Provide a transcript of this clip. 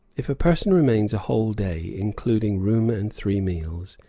if a person remains a whole day, including room and three meals,